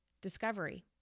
Discovery